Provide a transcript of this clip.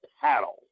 paddle